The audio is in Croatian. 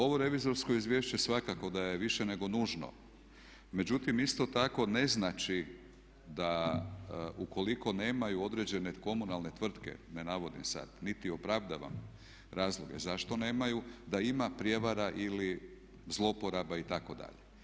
Ovo revizorsko izvješće svakako da je više nego nužno, međutim isto tako ne znači da ukoliko nemaju određene komunalne tvrtke, ne navodim sad niti opravdavam razloge zašto nemaju, da ima prijevara ili zlouporaba itd.